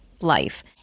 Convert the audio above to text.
life